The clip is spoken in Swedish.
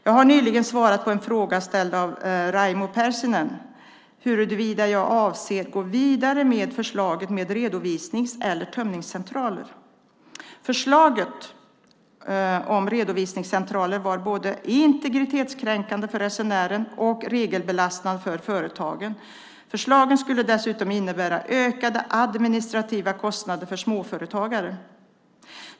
Jag har nyligen svarat på en fråga, ställd av Raimo Pärssinen, huruvida jag avser att gå vidare med förslaget om redovisnings eller tömningscentraler. Förslaget om redovisningscentraler var både integritetskränkande för resenären och regelbelastande för företagen. Förslaget skulle dessutom innebära ökade administrativa kostnader för småföretagare.